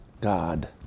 God